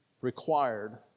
required